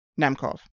Nemkov